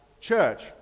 church